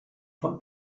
von